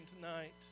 tonight